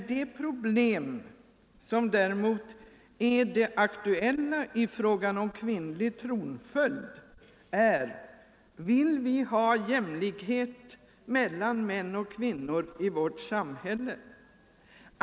Det problem som är det aktuella i frågan om kvinnlig tronföljd är: Vill vi ha jämlikhet mellan män och kvinnor i vårt samhälle?